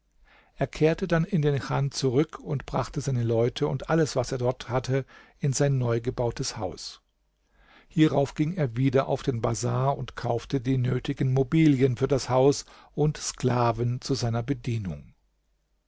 er kehrte dann in den chan zurück und brachte seine leute und alles was er dort hatte in sein neugebautes haus hierauf ging er wieder auf den bazar und kaufte die nötigen mobilien für das haus und sklaven zu seiner bedienung